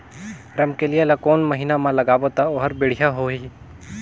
रमकेलिया ला कोन महीना मा लगाबो ता ओहार बेडिया होही?